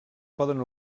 poden